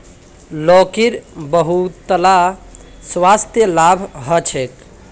लौकीर बहुतला स्वास्थ्य लाभ ह छेक